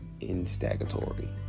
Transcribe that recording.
instagatory